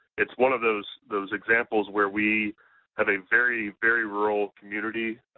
it's one of those those examples where we have a very, very rural community,